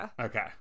Okay